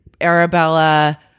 arabella